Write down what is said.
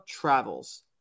travels